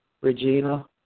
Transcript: Regina